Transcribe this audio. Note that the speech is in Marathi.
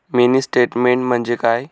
मिनी स्टेटमेन्ट म्हणजे काय?